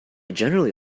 generally